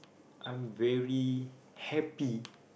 I'm very happy